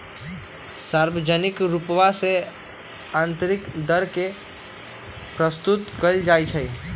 सार्वजनिक रूपवा से आन्तरिक दर के प्रस्तुत कइल जाहई